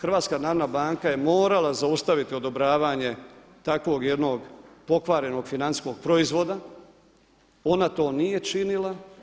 HNB je morala zaustaviti odobravanje takvog jednog pokvarenog financijskog proizvoda, ona to nije činila.